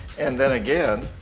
and then again,